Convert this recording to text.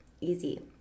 Easy